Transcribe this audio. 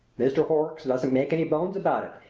mr. horrocks doesn't make any bones about it.